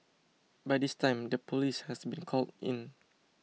by this time the police has been called in